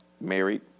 Married